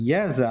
Yes